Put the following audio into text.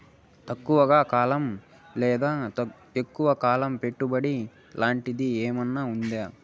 ఎక్కువగా కాలం లేదా తక్కువ కాలం పెట్టుబడి లాంటిది ఏమన్నా ఉందా